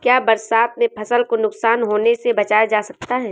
क्या बरसात में फसल को नुकसान होने से बचाया जा सकता है?